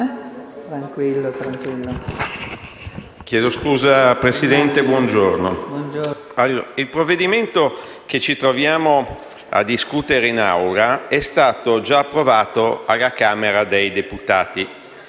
il provvedimento che ci troviamo a discutere oggi in Aula è stato già approvato alla Camera dei deputati